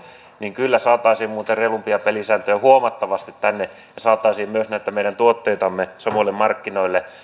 niin kyllä saataisiin muuten huomattavasti reilumpia pelisääntöjä tänne ja saataisiin myös näitä meidän tuotteitamme samoille markkinoille meillä